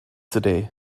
today